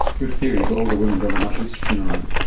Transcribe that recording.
good theory, but older women don't have much oestrogen around.